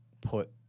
put